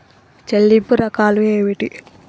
చెల్లింపు రకాలు ఏమిటి?